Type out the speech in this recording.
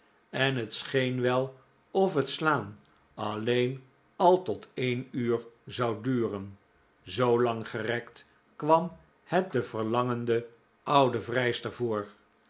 en het scheen wel of het slaan alleen al tot een uur zou duren zoo langgerekt kwam het de verlangende oude vrijster voor